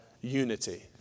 unity